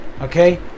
okay